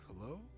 hello